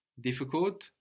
Difficult